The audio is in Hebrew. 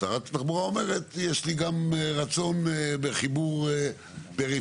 שרת התחבורה אומרת: יש לי גם רצון בחיבור פריפריות,